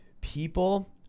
people